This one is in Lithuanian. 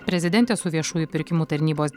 prezidentė su viešųjų pirkimų tarnybos